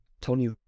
Tony